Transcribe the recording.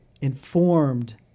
informed